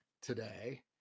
today